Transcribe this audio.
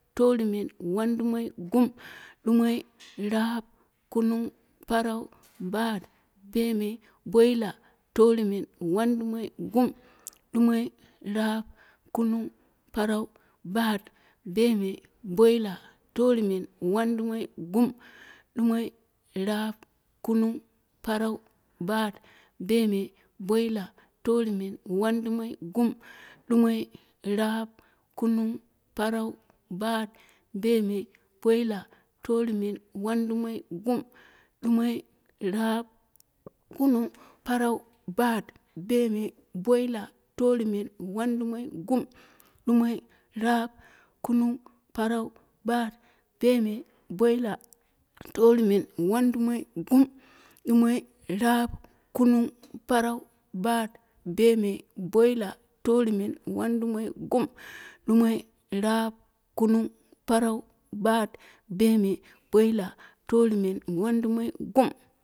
Torumen, wandumoi, gum. Dumoi, rap, kunung, parau, bat, bemei, boila torumen, wandumoi, gum. Dumoi, rap, kunung, parau, bat, bemei, boila torumen, wandumoi, gum. Dumoi, rap, kunung, parau, bat, bemei, boila torumen, wandumoi, gum. Dumoi, rap, kunung, parau, bat, bemei, boila torumen, wandumoi, gum. Dumoi, rap, kunung, parau, bat, bemei, boila torumen, wandumoi, gum. Dumoi, rap, kunung, parau, bat, bemei, boila torumen, wandumoi, gum. umoi, rap, kunung, parau, bat, bemei, boila torumen, wandumoi, gum. Dumoi, rap, kunung, parau, bat, bemei, boila torumen, wandumoi, gum.